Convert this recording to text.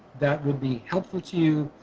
that would be helpful to you.